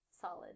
Solid